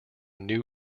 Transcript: new